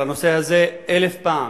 על הנושא הזה אלף פעם,